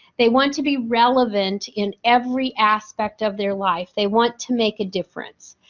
they want to be relevant in every aspect of their life. they want to make a difference.